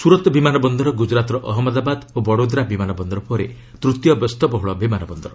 ସୁରତ୍ ବିମାନ ବନ୍ଦର ଗୁଜ୍ଚରାତ୍ର ଅହଜ୍ଞଦାବାଦ ଓ ବଡୋଦ୍ରା ବିମାନ ବନ୍ଦର ପରେ ତୃତୀୟ ବ୍ୟସ୍ତବହୁଳ ବିମାନ ବନ୍ଦର